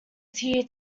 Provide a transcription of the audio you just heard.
tear